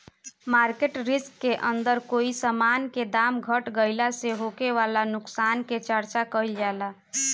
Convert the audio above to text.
market risk के अंदर कोई समान के दाम घट गइला से होखे वाला नुकसान के चर्चा काइल जाला